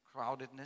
crowdedness